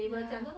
ya